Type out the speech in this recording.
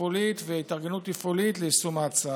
תפעולית והתארגנות תפעולית ליישום ההצעה.